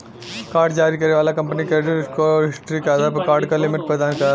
card जारी करे वाला कंपनी क्रेडिट स्कोर आउर हिस्ट्री के आधार पर कार्ड क लिमिट प्रदान करला